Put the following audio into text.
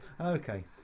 Okay